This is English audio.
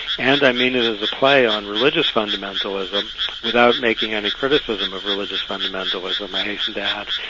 and i mean it as a play on religious fundamentalism without making any criticism of religious fundamentalism i hasten to add,